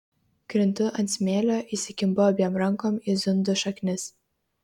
krintu ant smėlio įsikimbu abiem rankom į zundų šaknis